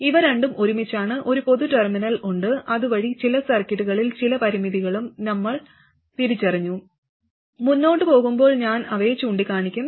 ഇവ രണ്ടും ഒരുമിച്ചാണ് ഒരു പൊതു ടെർമിനൽ ഉണ്ട് അതുവഴി ചില സർക്യൂട്ടുകളിൽ ചില പരിമിതികളും നമ്മൾ തിരിച്ചറിഞ്ഞു മുന്നോട്ട് പോകുമ്പോൾ ഞാൻ അവയെ ചൂണ്ടിക്കാണിക്കും